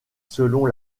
selon